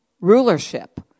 rulership